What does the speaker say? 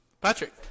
Patrick